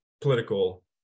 political